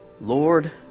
Lord